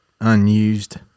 unused